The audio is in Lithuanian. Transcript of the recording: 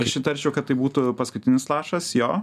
aš įtarčiau kad tai būtų paskutinis lašas jo